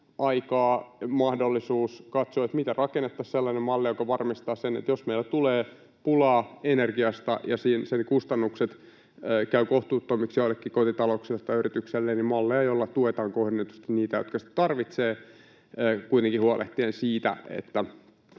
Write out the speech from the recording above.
aikaa ja mahdollisuus katsoa, miten rakennettaisiin sellainen malli, joka varmistaa sen, että jos meillä tulee pulaa energiasta ja sen kustannukset käyvät kohtuuttomiksi joillekin kotitalouksille tai yrityksille, tuetaan kohdennetusti niitä, jotka sitä tarvitsevat, kuitenkin huolehtien siitä, että